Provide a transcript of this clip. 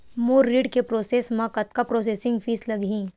मोर ऋण के प्रोसेस म कतका प्रोसेसिंग फीस लगही?